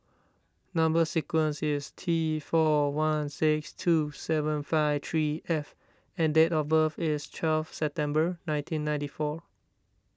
Number Sequence is T four one six two seven five three F and date of birth is twelve September nineteen ninety four